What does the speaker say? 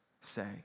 say